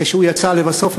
כשהוא יצא לבסוף,